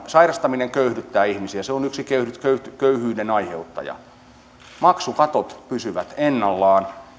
sairastaminen köyhdyttää ihmisiä se on yksi köyhyyden aiheuttaja maksukatot pysyvät ennallaan